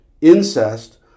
incest